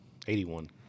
81